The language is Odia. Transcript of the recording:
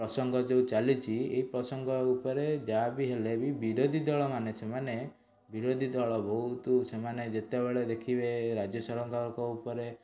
ପ୍ରସଙ୍ଗ ଯୋଉ ଚାଲିଛି ଏଇ ପ୍ରସଙ୍ଗ ଉପରେ ଯାହାବି ହେଲେ ବି ବିରୋଧି ଦଳମାନେ ସେମାନେ ବିରୋଧି ଦଳ ବହୁତ ସେମାନେ ଯେତେବେଳେ ଦେଖିବେ ରାଜ୍ୟ ସରକାରଙ୍କ ଉପରେ